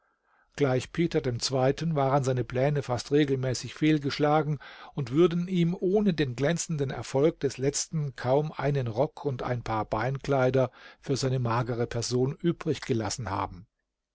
gleich peter dem zweiten waren seine pläne fast regelmäßig fehlgeschlagen und würden ihm ohne den glänzenden erfolg des letzten kaum einen rock und ein paar beinkleider für seine magere person übrig gelassen haben